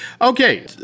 Okay